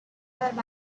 thought